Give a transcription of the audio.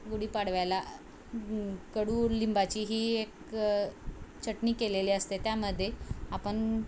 गुढीपाडव्याला कडूलिंबाची ही एक चटणी केलेली असते त्यामध्ये आपण